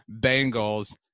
Bengals